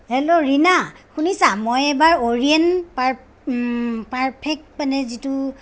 hello Rina শুনিছা মই এইবাৰ অৰিয়েণ্ট পাৰ পাৰ্ফেক্ট মানে যিটো